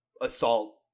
assault